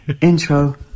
Intro